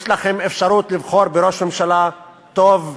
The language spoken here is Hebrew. יש לכם אפשרות לבחור בראש ממשלה טוב,